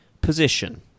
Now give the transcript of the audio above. position